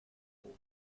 for